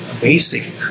basic